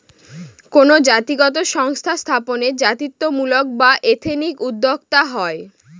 কোনো জাতিগত সংস্থা স্থাপনে জাতিত্বমূলক বা এথনিক উদ্যোক্তা হয়